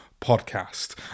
podcast